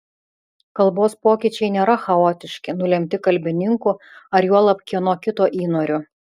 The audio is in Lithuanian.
kalbos pokyčiai nėra chaotiški nulemti kalbininkų ar juolab kieno kito įnorių